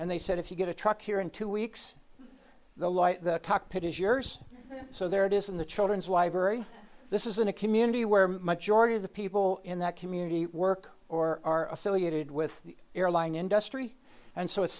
and they said if you get a truck here in two weeks the light the cockpit is yours so there it is in the children's library this is in a community where much already of the people in that community work or are affiliated with the airline industry and so it's